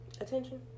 Attention